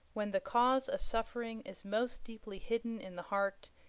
when the cause of suffering is most deeply hidden in the heart,